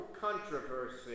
controversy